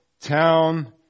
town